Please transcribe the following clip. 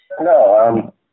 No